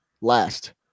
last